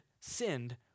sinned